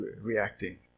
reacting